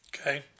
Okay